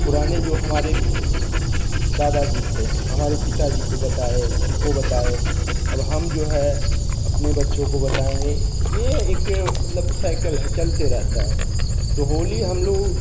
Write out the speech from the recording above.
पुराने जो हमारे दादा जी थे हमारे पिता जी बताए हमको बताए और हम जो है अपने बच्चों को बताएँगे ये एक मतलब साइकल है चलते रहता है तो होली हम लोग